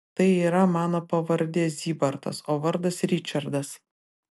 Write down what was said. tai yra mano pavardė zybartas o vardas ričardas